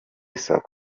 sacco